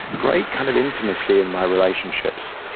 great kind of intimacy in my relationships.